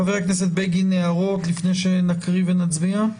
חבר הכנסת בגין, הערות לפני שנקריא ונצביע?